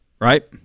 right